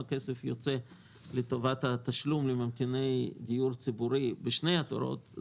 כסף יוצא לטובת התשלום לממתיני דיור ציבורי בשני התורים,